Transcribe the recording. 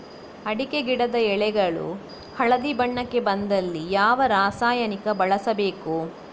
ಅಡಿಕೆ ಗಿಡದ ಎಳೆಗಳು ಹಳದಿ ಬಣ್ಣಕ್ಕೆ ಬಂದಲ್ಲಿ ಯಾವ ರಾಸಾಯನಿಕ ಬಳಸಬೇಕು?